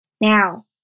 Now